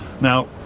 now